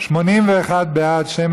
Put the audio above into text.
להסדרת הביטחון בגופים ציבוריים (הוראת שעה) (תיקון),